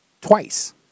Twice